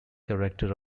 character